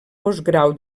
postgrau